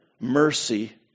mercy